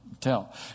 tell